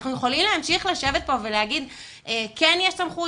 אנחנו יכולים להמשיך לשבת פה ולהגיד: כן יש סמכות,